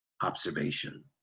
observation